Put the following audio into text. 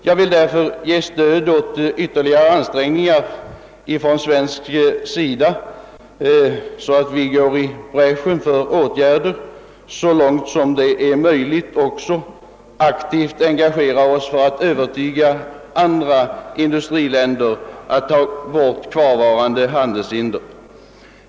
Jag vill därför stödja ytterligare ansträngningar från svensk sida att gå i spetsen för åtgärder i detta avseende och så långt det är möjligt engagera oss aktivt för att övertyga andra industriländer om angelägenheten av att eliminera kvarvarande handelshinder.